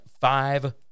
five